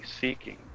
seeking